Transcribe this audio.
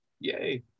yay